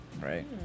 Right